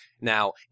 Now